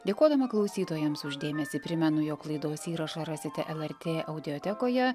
dėkodama klausytojams už dėmesį primenu jog laidos įrašą rasite lrt audiotekoje